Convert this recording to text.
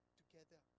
together